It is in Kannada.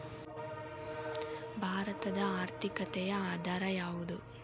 ಭಾರತದ ಆರ್ಥಿಕತೆಯ ಆಧಾರ ಯಾವುದು?